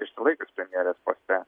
išsilaikius premjerės poste